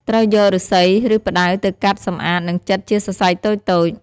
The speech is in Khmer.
ត្រូវយក ឫស្សី ឬ ផ្តៅ ទៅកាត់ សម្អាត និងចិតជាសរសៃតូចៗ។